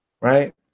Right